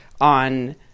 on